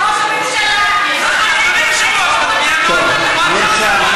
בושה שראש הממשלה, טוב, נרשם.